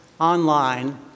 online